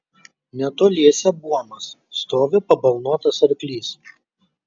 netoliese buomas stovi pabalnotas arklys